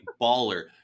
baller